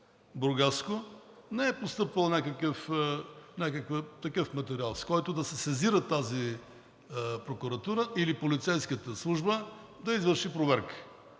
Бургаско, не е постъпвал някакъв такъв материал, с който да се сезира тази прокуратура или полицейската служба да извърши проверка,